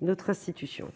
notre institution.